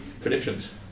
predictions